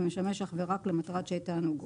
ומשמש אך ורק למטרת שיט תענוגות.